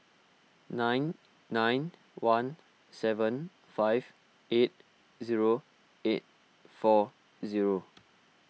nine nine one seven five eight zero eight four zero